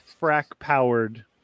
frack-powered